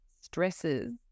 stresses